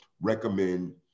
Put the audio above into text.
recommend